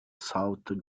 south